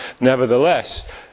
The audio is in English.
Nevertheless